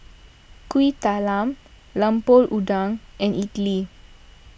Kuih Talam Lemper Udang and Idly